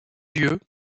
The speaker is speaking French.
lieu